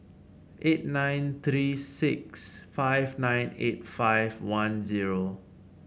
eight nine three six five nine eight five one zero